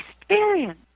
experience